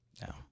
No